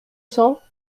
cents